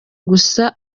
gusa